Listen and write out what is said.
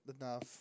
enough